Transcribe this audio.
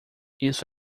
isso